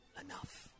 enough